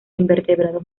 invertebrados